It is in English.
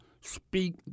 speak